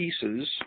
pieces